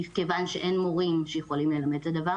מכיוון שאין מורים שיכולים ללמד את זה.